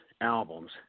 albums